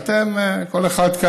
את זה אני מבין, אבל אתם, כל אחד כאן,